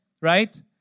right